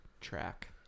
track